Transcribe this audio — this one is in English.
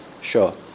sure